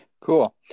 Cool